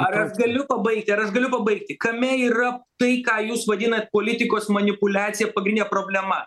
ar aš galiu pabaigti ar aš galiu pabaigti kame yra tai ką jūs vadinat politikos manipuliacija pagrindinė problema